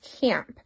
camp